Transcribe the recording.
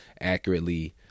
accurately